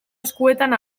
eskuetan